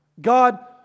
God